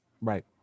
right